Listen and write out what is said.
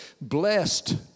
Blessed